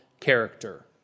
character